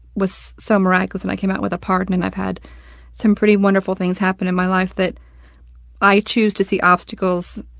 was so miraculous, and i came out with a pardon, and i've had some pretty wonderful things happen in my life that i choose to obstacles,